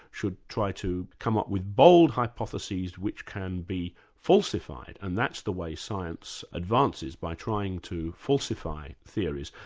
should try to come up with bold hypotheses which can be falsified, and that's the way science advances, by trying to falsify theories.